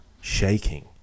shaking